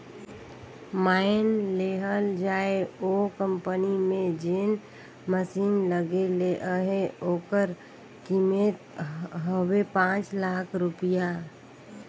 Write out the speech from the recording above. माएन लेहल जाए ओ कंपनी में जेन मसीन लगे ले अहे ओकर कीमेत हवे पाच लाख रूपिया